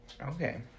Okay